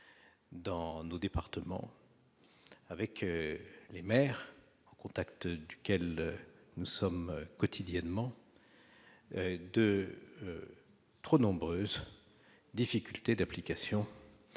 Dans nos départements, avec les maires, au contact duquel nous sommes quotidiennement de trop nombreuses difficultés d'application